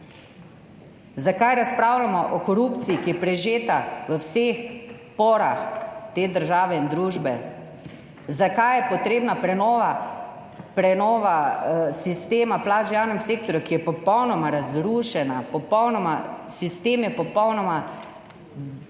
Zakaj razpravljamo o korupciji, ki je prežeta v vse pore te države in družbe? Zakaj je potrebna prenova sistema plač v javnem sektorju, ki je popolnoma razrušena? Vsa razmerja